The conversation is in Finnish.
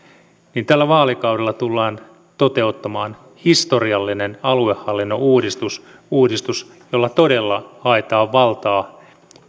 niin tällä vaalikaudella tullaan toteuttamaan historiallinen aluehallinnon uudistus uudistus jolla todella haetaan valtaa